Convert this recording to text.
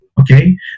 Okay